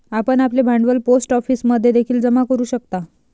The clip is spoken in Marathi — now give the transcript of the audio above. आपण आपले भांडवल पोस्ट ऑफिसमध्ये देखील जमा करू शकता